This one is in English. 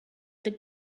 the